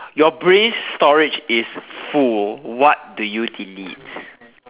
your brain storage is full what do you delete